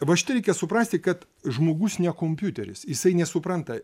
va šitą reikia suprasti kad žmogus ne kompiuteris jisai nesupranta